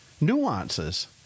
nuances